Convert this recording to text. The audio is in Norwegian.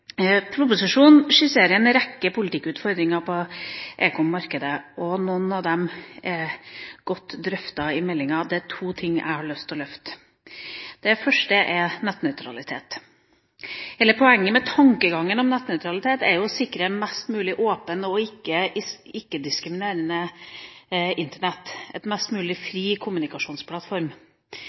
Proposisjonen skisserer en rekke politikkutfordringer på ekom-markedet – og noen av dem er godt drøftet i proposisjonen. Det er to ting jeg har lyst til å løfte. Det første er nettnøytralitet. Hele poenget med og tankegangen bak nettnøytralitet er å sikre et mest mulig åpent og ikke-diskriminerende Internett – en mest mulig fri kommunikasjonsplattform.